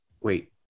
wait